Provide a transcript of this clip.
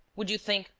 would you think.